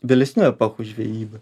vėlesnių epochų žvejybą